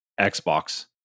Xbox